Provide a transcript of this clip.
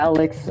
Alex